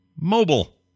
mobile